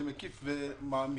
מקיף ומעמיק.